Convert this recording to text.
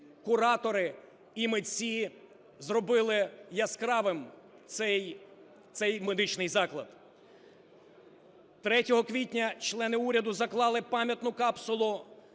куратори і митці зробили яскравим цей медичний заклад. 3 квітня члени уряду заклали пам'ятну капсулу